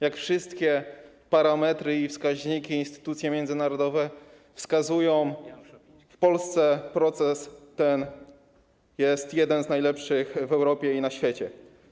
Jak wszystkie parametry i wskaźniki, i instytucje międzynarodowe wskazują, w Polsce proces ten jest jednym z najlepszych w Europie i na świecie.